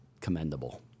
commendable